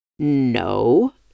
No